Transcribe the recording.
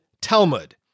Talmud